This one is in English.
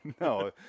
No